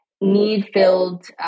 need-filled